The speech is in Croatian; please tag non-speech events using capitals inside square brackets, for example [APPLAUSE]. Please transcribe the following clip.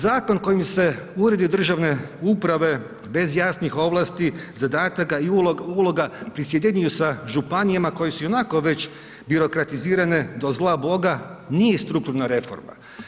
Zakon kojim se uredi državne uprave bez jasnih ovlasti, zadataka i uloga ... [UNINTELLIGIBLE] sa županijama koje su ionako već birokratizirane do zla boga nije strukturna reforma.